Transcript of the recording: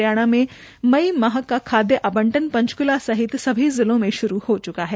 हरियाणा में मई माह का खादय आवंटन पंचक्ला सहित सभी जिलों में श्रू हो च्का है